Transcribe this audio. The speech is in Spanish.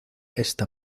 esta